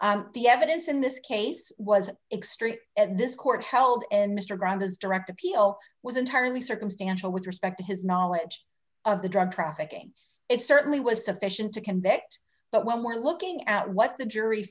e the evidence in this case was extreme and this court held and mr brown his direct appeal was entirely circumstantial with respect to his knowledge of the drug trafficking it certainly was sufficient to convict but when looking at what the jury